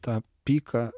tą piką